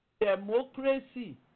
democracy